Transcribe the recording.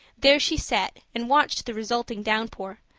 there she sat and watched the resulting downpour,